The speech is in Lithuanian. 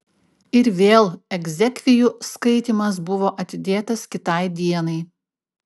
ir vėl egzekvijų skaitymas buvo atidėtas kitai dienai